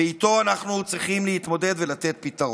ואיתו אנחנו צריכים להתמודד ולתת פתרון.